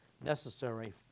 necessary